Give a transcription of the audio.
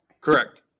Correct